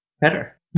better